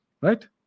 Right